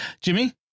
Jimmy